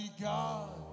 God